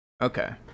Okay